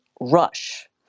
rush